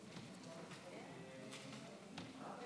גברתי